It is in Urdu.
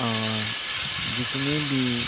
اور جتنے بھی